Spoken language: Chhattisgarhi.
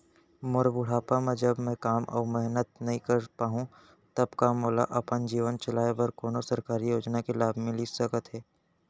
मोर बुढ़ापा मा जब मैं काम अऊ मेहनत नई कर पाहू तब का मोला अपन जीवन चलाए बर कोनो सरकारी योजना के लाभ मिलिस सकत हे?